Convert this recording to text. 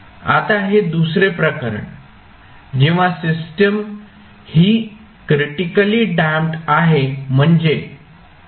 आता हे दुसरे प्रकरण जेव्हा सिस्टीम ही क्रिटिकलीडॅम्पड आहे म्हणजे α ω0